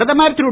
பிரதமர் திரு